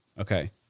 Okay